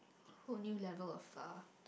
who new level a far